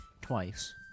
twice